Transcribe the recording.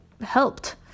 helped